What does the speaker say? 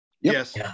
Yes